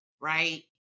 right